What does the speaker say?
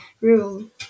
room